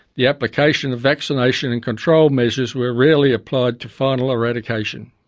the application of vaccination and control measures were rarely applied to final eradication.